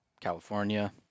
California